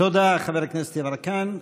תודה, חבר הכנסת יברקן.